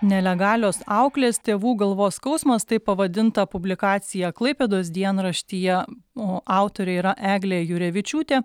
nelegalios auklės tėvų galvos skausmas taip pavadinta publikacija klaipėdos dienraštyje o autorė yra eglė jurevičiūtė